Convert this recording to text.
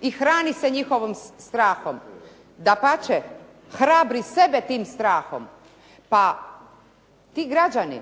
I hrani se njihovim strahom. Dapače, hrabri sebe tim strahom. Pa ti građani,